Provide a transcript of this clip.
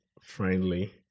friendly